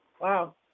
Wow